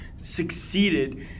succeeded